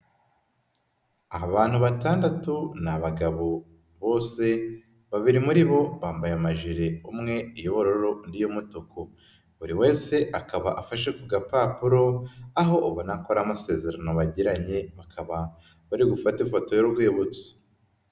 Abantu batandatu ni abagabo bose, babiri muri bo bambaye amajire umwe iy'ubururu undi iy'umutuku, buri wese akaba afashe ku gapapuro aho ubona ko ari amasezerano bagiranye bakaba bari gufata ifoto y'urwibutso.